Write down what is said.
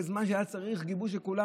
בזמן שהיה צריך גיבוש של כולם,